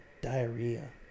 diarrhea